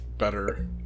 better